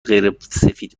غیرسفید